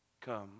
Come